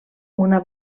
una